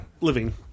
Living